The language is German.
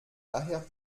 daher